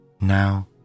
Now